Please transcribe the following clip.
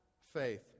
faith